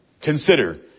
Consider